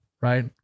Right